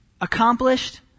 accomplished